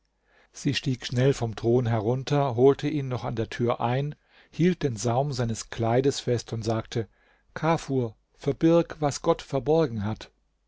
sie stieg schnell vom thron herunter holte ihn noch an der tür ein hielt den saum seines kleides fest und sagte kafur verbirg was gott verborgen hat